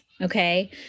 Okay